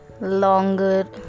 longer